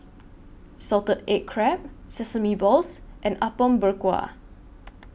Salted Egg Crab Sesame Balls and Apom Berkuah